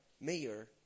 mayor